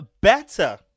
better